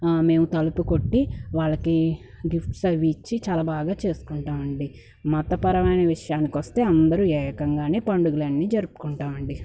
మేము తలుపు కొట్టి వాళ్ళకి గిఫ్ట్స్ అవి ఇచ్చి చాలా బాగా చేస్కుంటామండీ మతపరమైన విషయానికొస్తే అందరూ ఏకంగానే పండుగలన్ని జరుపుకుంటామండీ